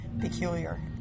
peculiar